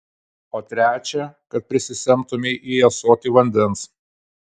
o trečią kad prisisemtumei į ąsotį vandens